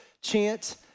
chant